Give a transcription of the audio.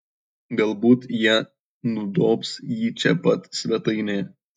galbūt jie nudobs jį čia pat svetainėje